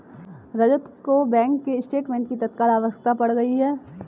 रजत को bank statement की तत्काल आवश्यकता पड़ गई है